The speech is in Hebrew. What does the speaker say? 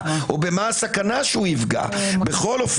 לא,